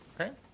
Okay